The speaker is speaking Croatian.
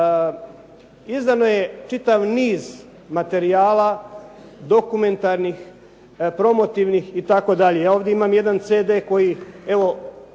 Izdano je čitav niz materijala, dokumentarnih, promotivnih itd.. Ja ovdje imam jedan CD koji